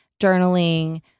journaling